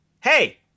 Hey